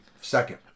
second